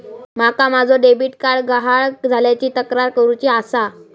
माका माझो debit card गहाळ झाल्याची तक्रार करुची आसा